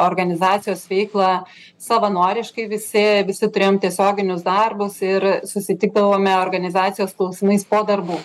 organizacijos veiklą savanoriškai visi visi turėjom tiesioginius darbus ir susitikdavome organizacijos klausimais po darbų